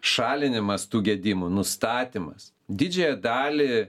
šalinimas tų gedimų nustatymas didžiąją dalį